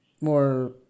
more